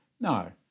No